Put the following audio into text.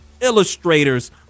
illustrators